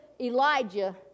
Elijah